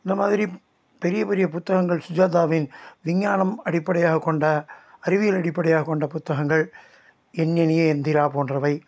இந்த மாதிரி பெரிய பெரிய புத்தகங்கள் சுஜாதாவின் விஞ்ஞானம் அடிப்படையாக கொண்ட அறிவியல் அடிப்படையாக கொண்ட புத்தகங்கள் என் இனிய எந்திரா போன்றவை